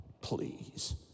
please